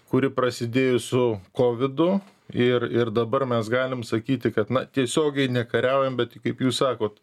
kuri prasidėjo su kovidu ir ir dabar mes galim sakyti kad na tiesiogiai nekariaujam bet kaip jūs sakot